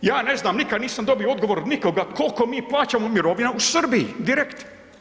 Ja ne znam, nikad nisam dobio odgovor nikoga kolko mi plaćamo mirovina u Srbiji, direkt?